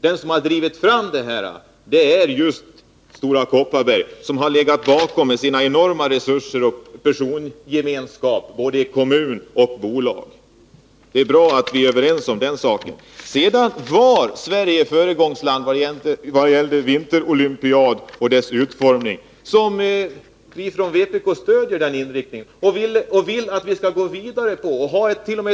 Men den som drivit fram detta är just Stora Kopparberg, som legat bakom med sina enorma resurser och med sin persongemenskap mellan kommun och bolag. Det är bra att vi är överens om den saken. Sedan var Sverige ett föregångsland när det gäller vinterolympiadens utformning. Vi stöder från vpk:s sida den inriktningen. Vi vill att vi skall gå vidare på den vägen. Vi hart.o.m.